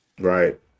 Right